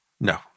No